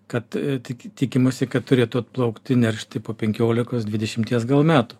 kad tik tikimasi kad turėtų atplaukti neršti po penkiolikos dvidešimties metų